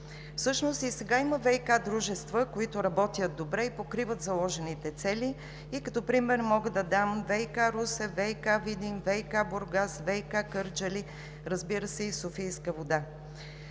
Всъщност и сега има ВиК дружества, които работят добре и покриват заложените цели. Като пример мога да дам ВиК – Русе, ВиК – Видин, ВиК – Бургас, ВиК – Кърджали, разбира се, и Софийска вода.